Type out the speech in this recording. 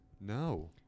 No